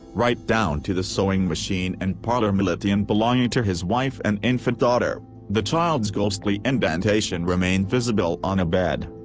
right down to the sewing machine and parlor melodeon belonging to his wife and infant daughter the child's ghostly indentation remained visible on a bed.